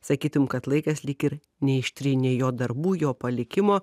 sakytum kad laikas lyg ir neištrynė jo darbų jo palikimo